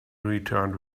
returned